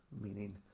Meaning